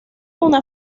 una